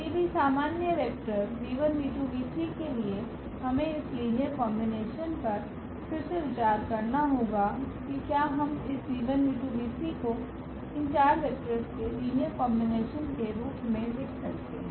तो किसी भी सामान्य वेक्टर के लिए हमें इस लीनियर कॉम्बिनेशन पर फिर से विचार करना होगा कि क्या हम इस को इन चार वेक्टर्स के लीनियर कॉम्बिनेशन के रूप में लिख सकते हैं